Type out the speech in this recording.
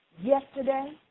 yesterday